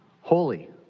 holy